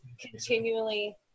continually